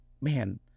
man